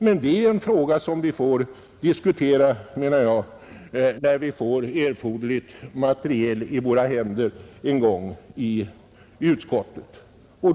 Men det är någonting som vi får diskutera, menar jag, när vi en gång får erforderligt material i våra händer i utskottet.